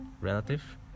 relative